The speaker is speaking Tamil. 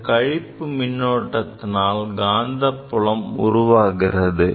இந்த கழிப்பு மின்னோட்டத்தினால் காந்தப்புலம் உருவாகிறது